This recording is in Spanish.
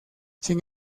sin